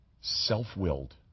self-willed